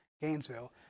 Gainesville